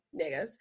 niggas